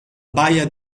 baia